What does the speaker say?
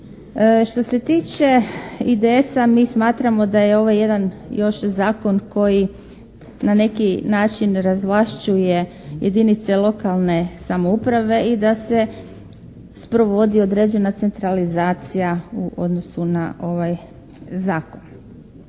Što se tiče IDS-a mi smatramo da je ovo jedan još zakon koji na neki način razvlašćuje jedinice lokalne samouprave i da se sprovodi određena centralizacija u odnosu na ovaj zakon